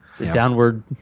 Downward